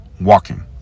walking